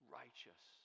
righteous